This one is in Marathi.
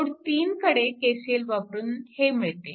नोड 3 कडे KCL वापरून हे मिळते